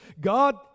God